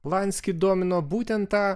lanskį domino būtent ta